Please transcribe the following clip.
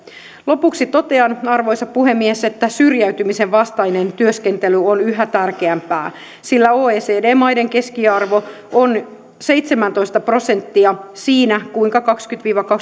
lopuksi totean arvoisa puhemies että syrjäytymisen vastainen työskentely on yhä tärkeämpää sillä oecd maiden keskiarvo on seitsemäntoista prosenttia siinä kuinka kaksikymmentä viiva